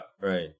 right